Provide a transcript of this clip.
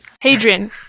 Hadrian